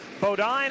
Bodine